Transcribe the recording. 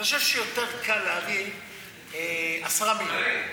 אני חושב שיותר קל להביא 10 מיליון.